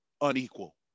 unequal